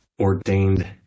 ordained